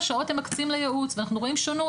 שעות הם מקצים לייעוץ ואנחנו רואים שונות,